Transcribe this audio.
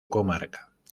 comarca